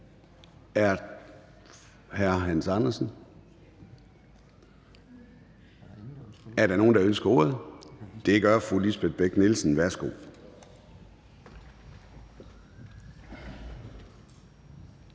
Er der nogen, der ønsker ordet? Det gør fru Lisbeth Bech-Nielsen. Værsgo.